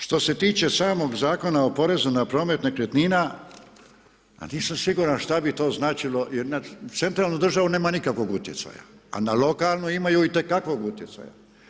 Što se tiče samog Zakona o porezu na promet nekretnina a nisam siguran šta bi to značilo jer na centralnu državu nema nikakvog utjecaja a na lokalnu imaju itekakvog utjecaja.